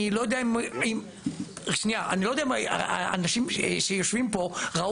אני לא יודע אם האנשים שיושבים פה ראו,